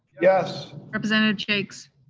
yes. representative jaques?